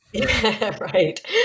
Right